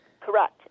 Correct